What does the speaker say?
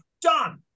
done